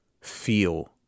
feel